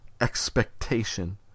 expectation